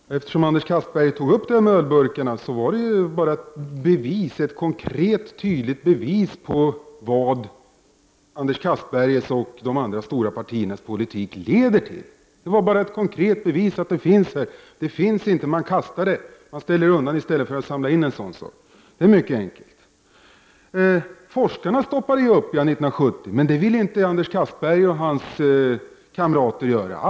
Herr talman! Eftersom Anders Castberger tog upp frågan om ölburkarna, vill jag säga att min demonstration var ett konkret och tydligt bevis på vad Anders Castbergers och andra stora partiers politik leder till. Man ställer undan ölburkarna i stället för att samla in dem. Forskarna stoppade upp 1970, men det ville inte Anders Castberger och hans kamrater göra.